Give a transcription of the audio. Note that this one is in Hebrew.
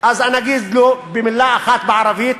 אז אגיד לו במילה אחת בערבית,